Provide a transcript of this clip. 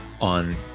on